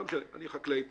לא משנה, אני חקלאי פעיל.